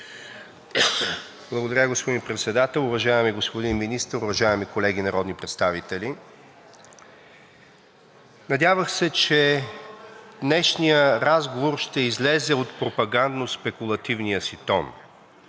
Благодаря, господин Председател. Уважаеми господин Министър, уважаеми колеги народни представители! Надявах се, че днешният разговор ще излезе от пропагандно-спекулативния си тон.